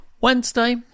Wednesday